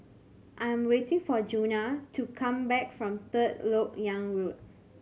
I am waiting for Djuna to come back from Third Lok Yang Road